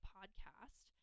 Podcast